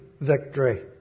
victory